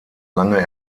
lange